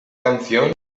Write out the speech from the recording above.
canción